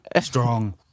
Strong